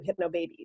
hypnobabies